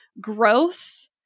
growth